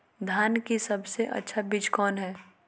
धान की सबसे अच्छा बीज कौन है?